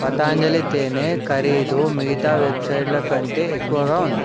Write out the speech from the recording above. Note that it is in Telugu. పతాంజలి తేనె ఖరీదు మిగతా వెబ్సైట్ల కంటే ఎక్కువగా ఉంది